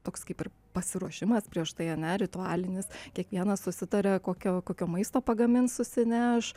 toks kaip ir pasiruošimas prieš tai ane ritualinis kiekvienas susitaria kokia kokio maisto pagamins susineš